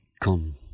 come